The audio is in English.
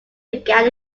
began